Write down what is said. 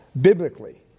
biblically